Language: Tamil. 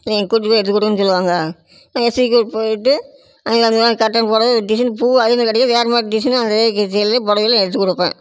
இல்லை என்னை கூட்டிட்டு போய் எடுத்துக்கொடுன்னு சொல்வாங்க சீக்கிரம் போய்ட்டு அங்கே அந்த மாதிரி காட்டன் புடவ டிசைன் பூ அதே மாதிரி கிடைக்கில வேறு மாதிரி டிசைன்னு அதே டிசைன்லேயே புடவைலே எடுத்துக்கொடுப்பேன்